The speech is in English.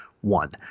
One